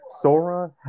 Sora